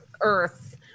Earth